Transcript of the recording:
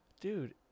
dude